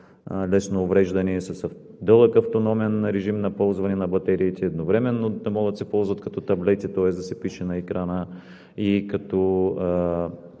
лесно увреждане, с дълъг автономен режим на ползване на батериите, едновременно да могат да се ползват като таблети, тоест да се пише на екрана и като